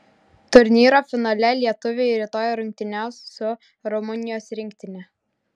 turnyro finale lietuviai rytoj rungtyniaus su rumunijos rinktine